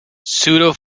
pseudo